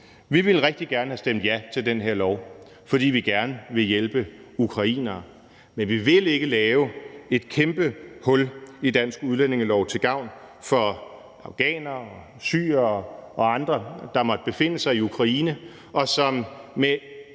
Vi ville rigtig gerne have stemt ja til det her lovforslag, fordi vi gerne vil hjælpe ukrainere, men vi vil ikke lave et kæmpe hul i den danske udlændingelov til gavn for afghanere, syrere og andre, der måtte befinde sig i Ukraine, og som uden